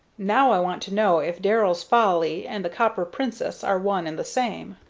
now i want to know if darrell's folly and the copper princess are one and the same